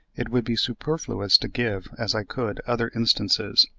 it would be superfluous to give, as i could, other instances,